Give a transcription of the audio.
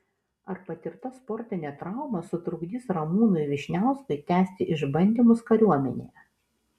ar patirta sportinė trauma sutrukdys ramūnui vyšniauskui tęsti išbandymus kariuomenėje